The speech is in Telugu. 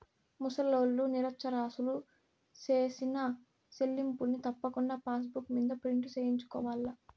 ముసలోల్లు, నిరచ్చరాసులు సేసిన సెల్లింపుల్ని తప్పకుండా పాసుబుక్ మింద ప్రింటు సేయించుకోవాల్ల